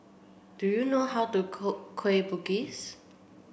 do you know how to cook Kueh Bugis